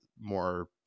more